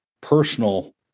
personal